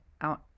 out